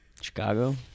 Chicago